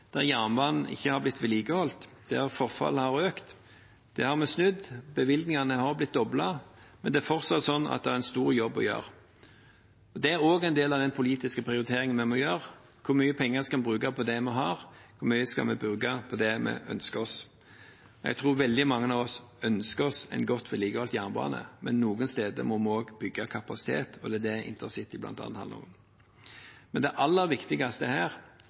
der jernbanen ikke har blitt vedlikeholdt, der forfallet har økt. Det har vi snudd. Bevilgningene har blitt doblet, men det er fortsatt sånn at vi har en stor jobb å gjøre. Det er også en del av den politiske prioriteringen vi må foreta: Hvor mye penger skal vi bruke på det vi har? Hvor mye skal vi bruke på det vi ønsker oss? Jeg tror veldig mange av oss ønsker oss en godt vedlikeholdt jernbane, og noen steder må vi også bygge kapasitet. Det er det InterCity bl.a. handler om. Det aller viktigste